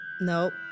Nope